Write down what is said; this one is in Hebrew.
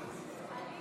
שחיתות.